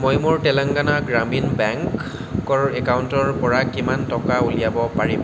মই মোৰ তেলেঙ্গানা গ্ৰামীণ বেঙ্কৰ একাউণ্টৰপৰা কিমান টকা উলিয়াব পাৰিম